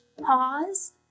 pause